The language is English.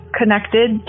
connected